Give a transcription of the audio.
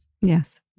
Yes